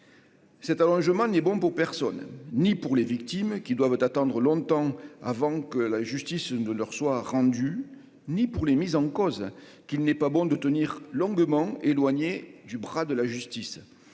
Cet allongement n'est bon pour personne, ni pour les victimes qui doivent attendre longtemps avant que la justice ne leur soit rendue, ni pour les mises en cause, qu'il n'est pas bon de tenir longuement éloigné du bras de la justice,